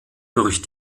durch